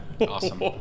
Awesome